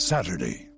Saturday